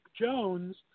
Jones